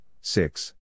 six